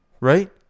right